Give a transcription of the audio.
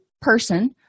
person